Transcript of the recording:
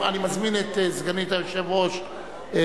הצעת חוק הגנת הצרכן (תיקון,